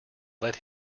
led